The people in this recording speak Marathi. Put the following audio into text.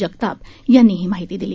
जगताप यांनी ही माहिती दिली